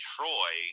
Troy